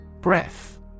Breath